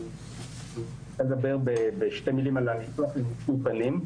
אני אדבר בשתי מילים על הניתוח לנישוי פנים.